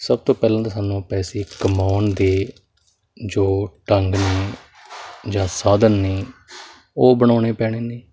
ਸਭ ਤੋਂ ਪਹਿਲਾਂ ਤਾਂ ਸਾਨੂੰ ਪੈਸੇ ਕਮਾਉਣ ਦੇ ਜੋ ਢੰਗ ਨੇ ਜਾਂ ਸਾਧਨ ਨੇ ਉਹ ਬਣਾਉਣੇ ਪੈਣੇ ਨੇ